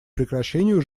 прекращению